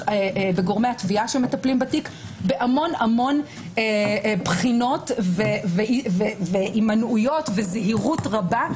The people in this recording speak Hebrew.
בגורמי התביעה שמטפלים בתיק בהמון בחינות והימנעויות וזהירות רבה,